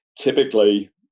typically